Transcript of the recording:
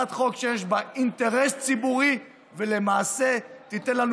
הצעת חוק שיש בה אינטרס ציבורי ולמעשה תיתן לנו